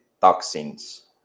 toxins